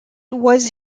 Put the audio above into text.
was